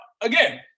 again